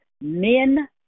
Men